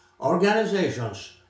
Organizations